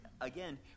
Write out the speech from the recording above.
Again